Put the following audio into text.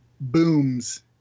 booms